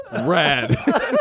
Rad